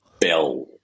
bell